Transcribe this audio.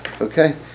Okay